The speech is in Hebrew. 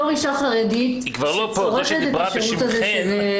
זו שדיברה בשמכן,